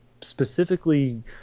specifically